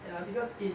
ya because it